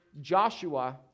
Joshua